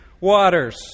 waters